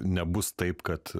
nebus taip kad